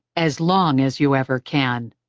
as long as you ever can.